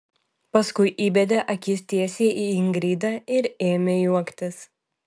paskui įbedė akis tiesiai į ingridą ir ėmė juoktis